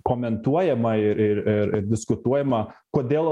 komentuojama ir ir ir diskutuojama kodėl